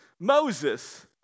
Moses